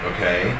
Okay